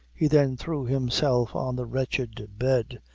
he then threw himself on the wretched bed,